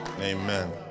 amen